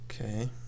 Okay